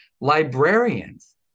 librarians